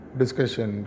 discussion